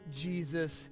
Jesus